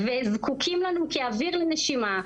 וזקוקים לנו כאוויר לנשימה,